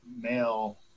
male